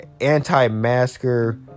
Anti-masker